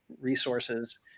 resources